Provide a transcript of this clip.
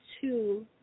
two